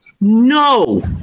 No